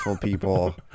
people